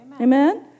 Amen